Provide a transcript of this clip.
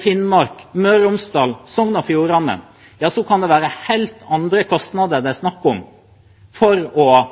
Finnmark, Møre og Romsdal eller Sogn og Fjordane – ja, så kan det være helt andre kostnader det er snakk om for å